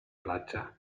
platja